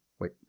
Wait